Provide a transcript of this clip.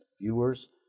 viewers